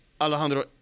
Alejandro